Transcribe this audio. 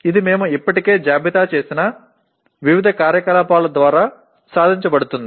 ఇది మేము ఇప్పటికే జాబితా చేసిన వివిధ కార్యకలాపాల ద్వారా సాధించబడుతుంది